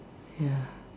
ya